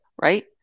right